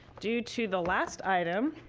due to the last item,